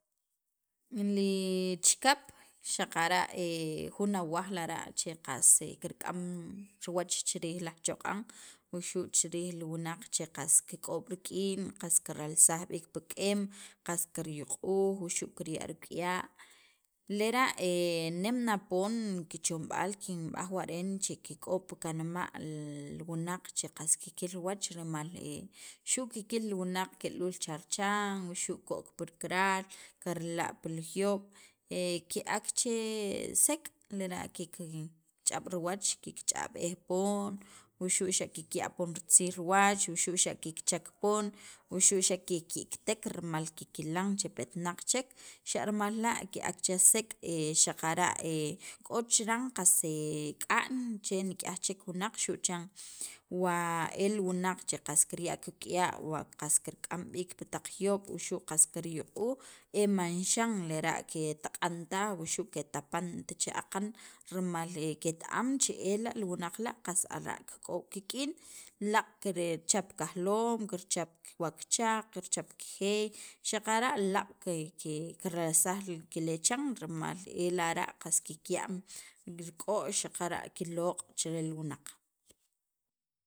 li chikap xaqara' jun awaj lara' qas kirk'am riwach chi riij jun ajchoq'an wuxu' chi riij li wunaq che qas kik'ob' rik'in kiralsaj pi k'eem qas kiryuq'uj wuxu' kirya' rik'uya' lera' nem na poon kichomb'aal kinb'aj wa re'en kek'ob' pi kanma' li wunaq che qas kikil riwach rimal xu' kikil riwach li wunaq ke'luul cha richan wuxu' ko'k pi rikaral karala' pil juyob' ke'ak che sek' lera' kik kich'ab' riwach kikch'ab'ej poon wux' xa' kikya' poon ritziil riwach wuxu' xa' kikchak poon wuxu' xa' ke ki'kitek rimal kikilan che petnaq chek xa' rimal la' ke'ak che sek' e xaqara' k'o chiran qas e k'a'n che nik'yaj chek wunaq xu' chan wa el wunaq che qas kirya' kik'uya' wa qas kirk'am b'iik pataq juyob' wuxu' qas kiryuq'uj e manxan lera' ketaq'an taj wuxu' ketapant che aqan rimal ket- am che ela' li wunaq la' qas ara' kik'ob' kik'in laaq' kikchap kajlom kirchap wa kichaq kirchap kijeey xaqara' laaq' kiralsaj kilechan mal e lara' kikya'm rik'o'x xaqara' kiloq' chel wunaq.